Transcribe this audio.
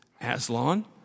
Aslan